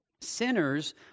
Sinners